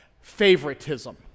Favoritism